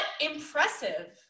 impressive